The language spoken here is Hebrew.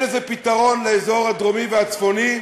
אין לזה פתרון לאזור הדרומי והצפוני.